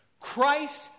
Christ